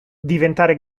diventare